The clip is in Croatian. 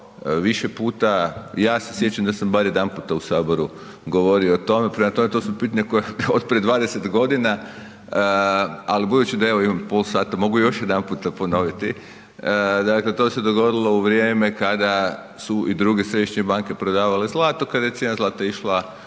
više puta. Ja se sjećam da sam bar jedanputa u Saboru govorio o tome. Prema tome, to su pitanja koja su od prije 20 godina. Ali budući da evo imam pola sada mogu još jedanputa ponoviti. Dakle, to se dogodilo u vrijeme kada su i druge središnje banke prodavale zlato, kada je cijena zlata išla